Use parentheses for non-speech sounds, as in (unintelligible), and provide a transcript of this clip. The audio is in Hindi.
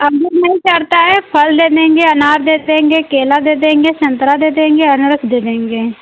(unintelligible) नहीं चढ़ता है फल दे देंगे अनार दे देंगे केला दे देंगे संतरा दे देंगे अनरस दे देंगे